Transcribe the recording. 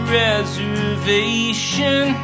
reservation